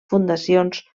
fundacions